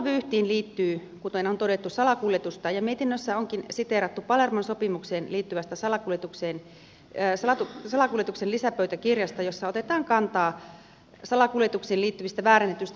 ongelmavyyhtiin liittyy kuten on todettu salakuljetusta ja mietinnössä onkin siteerattu palermon sopimukseen liittyvää salakuljetusta koskevaa lisäpöytäkirjaa jossa otetaan kantaa salakuljetukseen liittyviin väärennettyihin matkustusasiakirjoihin